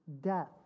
death